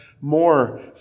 more